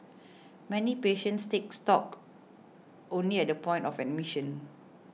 many patients take stock only at the point of admission